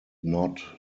not